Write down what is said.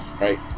right